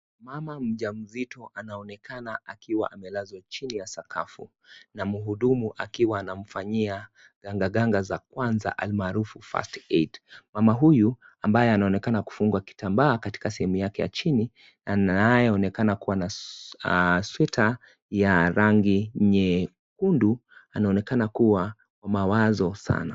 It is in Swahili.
Mama mjamzito anaonekana akiwa amelazwa chini ya sakafu na muhudumu akiwa anamfanyia gangaganga za kwanza almaarufu first AID mama huyu ambaye anaonekana kufungwa kitambaa katika sehemu yake ya chini anayeonekana kuwa na sweater ya rangi nyekundu anaonekana kuwa na mawazo sana.